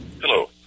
Hello